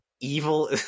evil